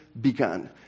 began